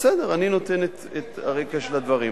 בסדר, אני נותן את הרקע של הדברים.